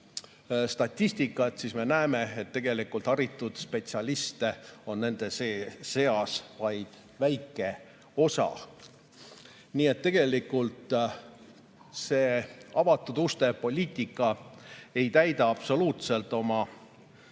statistikat, siis näeme, et tegelikult haritud spetsialiste on nende seas vaid väike osa. Nii et tegelikult see avatud uste poliitika ei täida absoluutselt oma